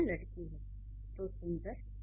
संज्ञा लड़की है और सुंदर